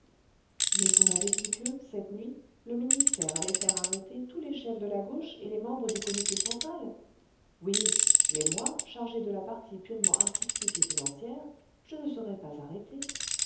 mais vous m'avez dit que cette nuit le ministère allait faire arrêter tous les chefs de la gauche et les membres du comité central oui mais moi chargé de la partie purement artistique et financière je ne serai pas arrêté